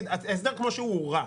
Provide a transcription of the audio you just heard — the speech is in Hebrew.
ההסדר כמו שהוא הוא רע.